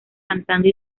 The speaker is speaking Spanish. cantando